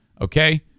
Okay